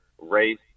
Race